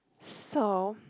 so